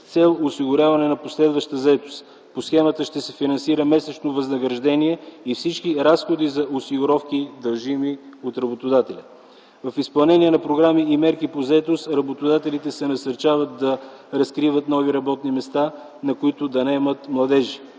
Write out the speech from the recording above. цел осигуряване на последваща заетост. По схемата ще се финансират месечно възнаграждение и всички разходи за осигуровки, дължими от работодателя. В изпълнение на програми и мерки по заетост работодателите се насърчават да разкриват нови работни места, на които да наемат младежи.